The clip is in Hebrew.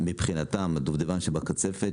מבחינתם הדובדבן שבקצפת,